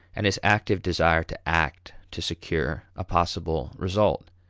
and his active desire to act to secure a possible result.